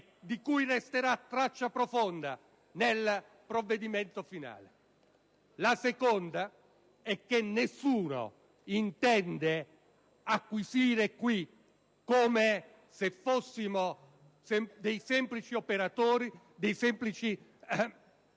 di cui resterà traccia profonda nel provvedimento finale. Le seconda è che nessuno intende acquisire qui, come se fossimo dei semplici operatori, dei semplici